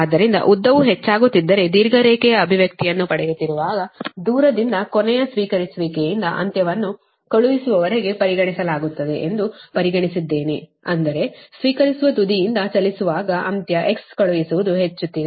ಆದ್ದರಿಂದ ಉದ್ದವು ಹೆಚ್ಚಾಗುತ್ತಿದ್ದರೆ ದೀರ್ಘ ರೇಖೆಯ ಅಭಿವ್ಯಕ್ತಿಯನ್ನು ಪಡೆಯುತ್ತಿರುವಾಗ ದೂರದಿಂದ ಕೊನೆಯ ಸ್ವೀಕರಿಸುವಿಕೆಯಿಂದ ಅಂತ್ಯವನ್ನು ಕಳುಹಿಸುವವರೆಗೆ ಪರಿಗಣಿಸಲಾಗುತ್ತದೆ ಎಂದು ಪರಿಗಣಿಸಿದ್ದೇನೆ ಅಂದರೆ ಸ್ವೀಕರಿಸುವ ತುದಿಯಿಂದ ಚಲಿಸುವಾಗ ಅಂತ್ಯ x ಕಳುಹಿಸುವುದು ಹೆಚ್ಚುತ್ತಿದೆ